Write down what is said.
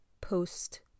post